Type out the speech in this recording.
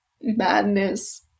madness